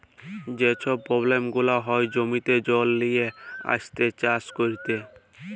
যে ছব পব্লেম গুলা হ্যয় জমিতে জল লিয়ে আইসে চাষ ক্যইরতে